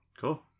Cool